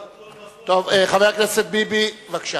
חבר הכנסת ביבי, בבקשה.